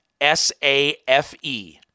S-A-F-E